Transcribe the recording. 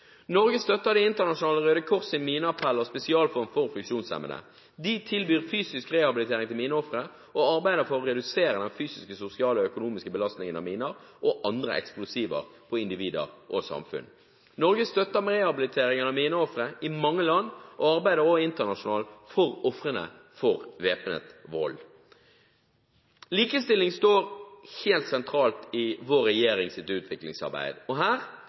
Norge støtter Det internasjonale Røde Kors’ mineappell og spesialfond for funksjonshemmede. De tilbyr fysisk rehabilitering til mineofre, og arbeider for å redusere den fysiske, sosiale og økonomiske belastningen av miner og andre eksplosiver på individer og samfunn. Norge støtter rehabiliteringen av mineofre i mange land og arbeider også internasjonalt for ofrene for væpnet vold. Likestilling står helt sentralt i vår regjerings utviklingsarbeid. Her